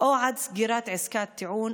או עד סגירת עסקת טיעון,